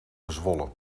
gezwollen